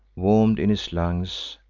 warm'd in his lungs,